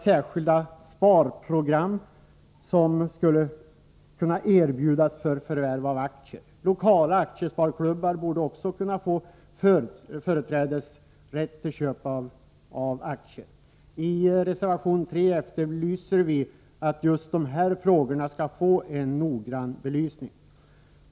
Särskilda sparprogram kunde erbjudas för förvärv av aktier. Lokala aktiesparklubbar borde ha rätt till företräde när det gäller köp av aktier. I reservation 3 efterlyser vi en noggrann belysning av just dessa frågor.